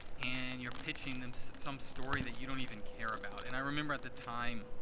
and you're pitching them so some story that you don't even care about. and i remember, at the time,